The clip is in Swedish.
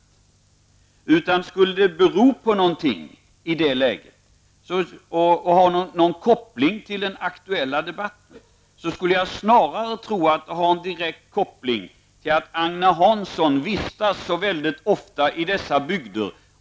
Om det i detta läge skulle bero på någonting och ha någon koppling till en aktuella debatten, skulle jag snarare tro att det har en direkt koppling till att Agne Hansson väldigt ofta vistas i dessa bygder.